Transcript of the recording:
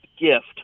gift